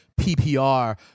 PPR